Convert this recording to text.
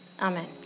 amen